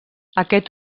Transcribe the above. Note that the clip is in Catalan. aquest